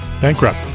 Bankrupt